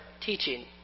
teaching